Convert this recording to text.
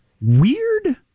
weird